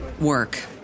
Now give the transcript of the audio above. work